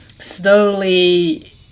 slowly